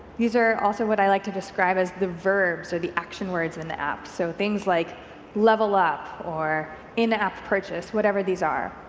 these are also what i like to describe as the verbs or action words in the app, so things like level up or in-app purchase, whatever these are,